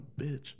bitch